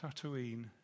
Tatooine